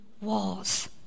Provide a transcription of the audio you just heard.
walls